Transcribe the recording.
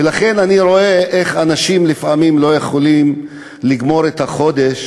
ולכן אני רואה איך אנשים לפעמים לא יכולים לגמור את החודש